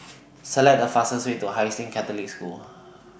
Select The fastest Way to Hai Sing Catholic School